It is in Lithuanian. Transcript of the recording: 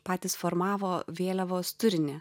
patys formavo vėliavos turinį